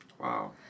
Wow